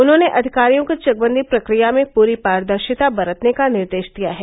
उन्होंने अधिकारियों को चकबंदी प्रक्रिया में पूरी पारदर्शिता बरतने का निर्देश दिया है